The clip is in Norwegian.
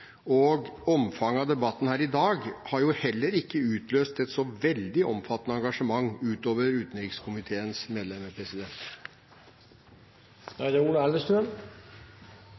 og debatten her i dag har jo heller ikke utløst et så veldig omfattende engasjement utover utenrikskomiteens medlemmer.